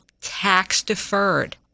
tax-deferred